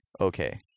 okay